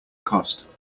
cost